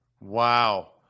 Wow